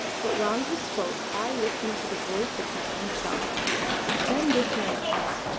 but while you spoke i listened to the voice of my own self then this man came,